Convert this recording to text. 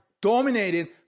dominated